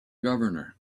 governor